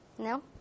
No